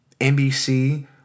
NBC